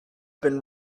been